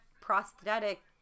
prosthetic